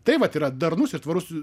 tai vat yra darnus ir tvarus